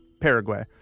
Paraguay